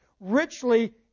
Richly